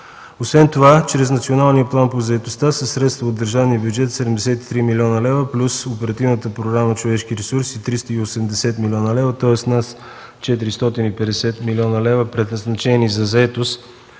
Освен това чрез Националния план по заетостта със средства от държавния бюджет 73 млн. лв. плюс Оперативната програма „Човешки ресурси” – 380 млн. лв., тоест над 450 млн. лв., са предназначени за заетост,